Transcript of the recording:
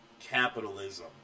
Capitalism